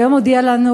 היום הודיעה לנו